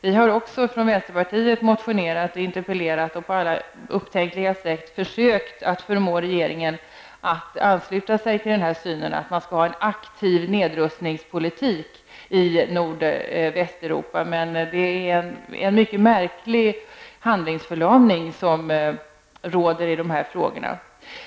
Vi har från vänsterpartiet motionerat, interpellerat och på alla upptänkliga sätt försökt förmå regeringen att ansluta sig till denna syn att man skall föra en aktiv nedrustningspolitik i Nordvästeuropa. Men det råder en mycket märklig handlingsförlamning i dessa frågor.